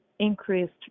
increased